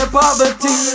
poverty